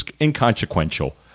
inconsequential